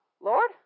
Lord